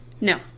No